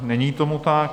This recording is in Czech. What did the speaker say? Není tomu tak.